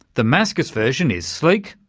the maskus version is sleek,